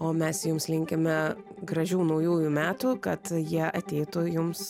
o mes jums linkime gražių naujųjų metų kad jie ateitų jums